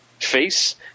face